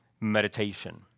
Meditation